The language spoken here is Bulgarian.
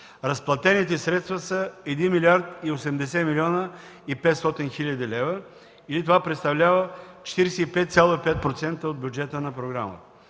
Разплатените средства са 1 млрд. 80 млн. 500 хил. лв. или това представлява 45,5% от бюджета на програмата.